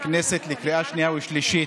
ולקריאה שלישית,